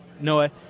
Noah